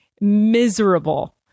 miserable